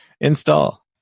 install